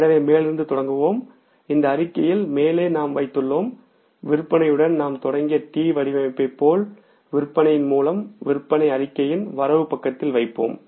எனவே மேலிருந்து தொடங்குவோம் இந்த அறிக்கையில் மேலே நாம் வைத்துள்ளோம் விற்பனையுடன் நாம் தொடங்கிய T வடிவமைப்பைப் போல விற்பனையின் மூலம் விற்பனையை அறிக்கையின் வரவு பக்கத்தில் வைப்போம்